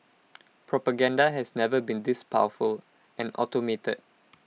propaganda has never been this powerful and automated